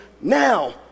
now